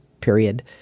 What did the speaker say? Period